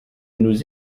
nous